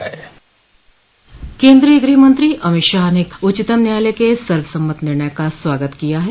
केन्द्रीय गृहमंत्री अमित शाह ने उच्चतम न्यायालय के सर्वसम्मत निर्णय का स्वागत किया है